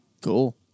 Cool